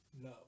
No